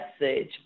message